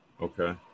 Okay